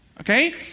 okay